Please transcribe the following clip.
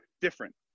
different